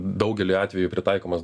daugelį atvejų pritaikomas